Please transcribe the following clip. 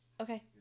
Okay